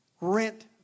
rent